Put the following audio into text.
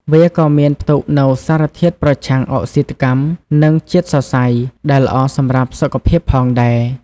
វាក៏មានផ្ទុកនូវសារធាតុប្រឆាំងអុកស៊ីតកម្ម និងជាតិសរសៃ ដែលល្អសម្រាប់សុខភាពផងដែរ។